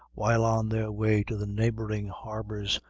while on their way to the neighboring harbors,